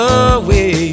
away